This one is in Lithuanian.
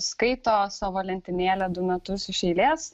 skaito savo lentynėlę du metus iš eilės